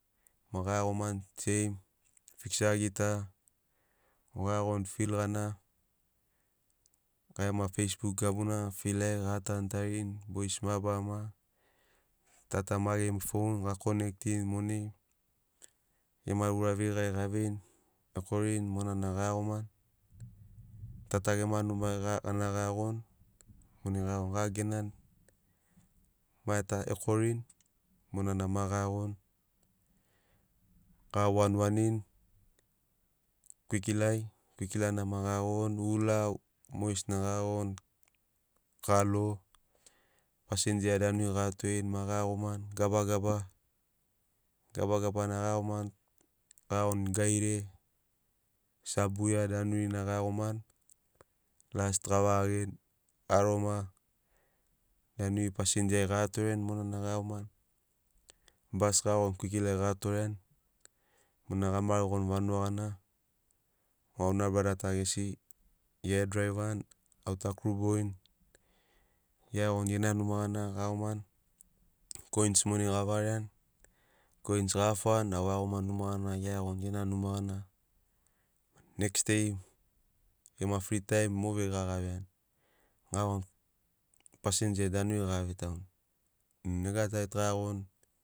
Ma ga iagomani seim fiksa gita o ga iagoni fil gana gai gema feisbuk gabuna fil ai ga tanu tarini bois mabarama ta ta ma gema foun ga konektin monai gem aura veigari ga veini ekorini monana ga iagomani ta ta gema numa gana ga iagoni bena monai ga iagoni ga genani ekorini monana ma ga iagoni ga wan wanini kwikila ai kwikilana ma ga iagoni hula o mogesina ga iagoni kalo passenger danuri ga torerini ma ga iagomani gabagaba. Gabagaba nag a iagomani ga iagoni gaire, sabuia danurina ga iagomani lst ga varageni aroma danuri passenger ga torerini monana ga iagomani bas ga iagoni kwikilai ga toreani monai gama rigoni vanuga gana mo auna brada ta gesi gia tu a e draivani au tu a kru boini gia e iagoni gena numa gana ga iagomani koins monai ga vareriani koins ga afuani au a iagomani numa gana gia e iagoni gena numa gana next dei gema fri taim mo veiga ga veiani ga iagoni passenger danuri ga vetauni nega tari tug a iagoni